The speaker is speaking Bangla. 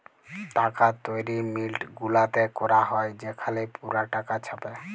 টাকা তৈরি মিল্ট গুলাতে ক্যরা হ্যয় সেখালে পুরা টাকা ছাপে